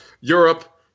Europe